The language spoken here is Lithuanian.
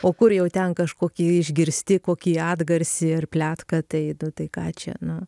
o kur jau ten kažkokį išgirsti kokį atgarsį ar pletką tai nu tai ką čia nu